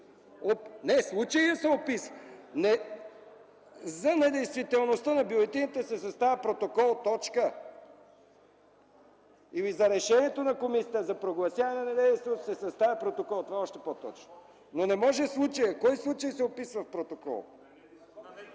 Не, случаят се описва. „За недействителността на бюлетините се съставя протокол.” Или „За решението на комисията за прогласяване на действието се съставя протокол” – това е още по-точно. Но не може „случаят”. Кой случай се описва в протокола?